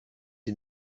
die